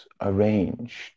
arranged